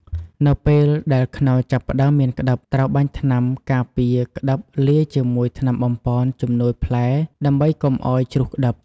នៅពេលដែលខ្នុរចាប់ផ្តើមមានក្តិប ត្រូវបាញ់ថ្នាំការពារក្តិបលាយជាមួយថ្នាំបំប៉នជំនួយផ្លែដើម្បីកុំឲ្យជ្រុះក្តិប។